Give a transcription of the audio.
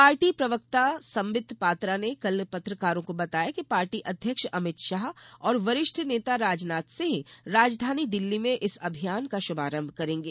party प्रवक्ता संबित पात्रा ने कल पत्रकारों को बताया कि पार्टी अध्यक्ष अमित शाह और वरिष्ठ नेता राजनाथ सिंह राजधानी दिल्ली में इस अभियान का शुभारंभ करेंगे